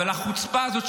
אבל החוצפה הזאת,